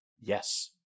Yes